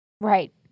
Right